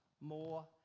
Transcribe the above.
more